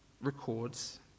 records